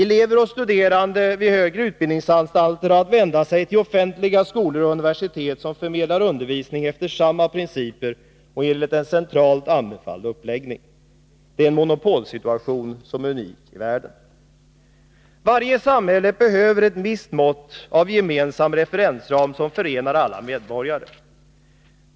Elever och studerande vid högre utbildningsanstalter har att vända sig till offentliga skolor och universitet som förmedlar undervisning efter samma principer och enligt en centralt anbefalld uppläggning. Det är en monopolsituation som är unik i världen. Varje samhälle behöver ett visst mått av gemensam referensram som förenar alla medborgare.